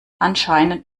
anscheinend